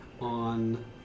on